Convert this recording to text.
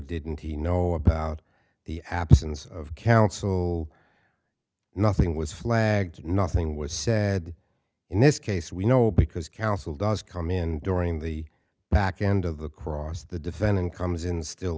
didn't he know about the absence of counsel nothing was flagged nothing was said in this case we know because counsel does come in during the back end of the cross the defendant comes in still